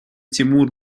тимур